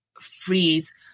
freeze